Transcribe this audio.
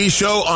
show